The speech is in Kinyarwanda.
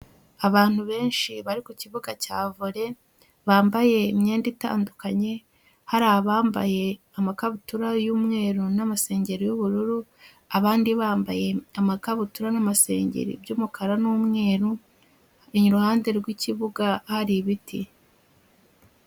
Abantu benshi bari ku kibuga cya Volley bambaye imyenda itandukanye, hari abambaye amakabutura y'umweru n'amasengeri y'ubururu, abandi bambaye amakabutura n'amasengeri by'umukara n'umweru, iruhande rw'ikibuga hari ibiti.